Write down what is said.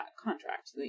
contract